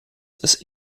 ist